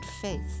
faith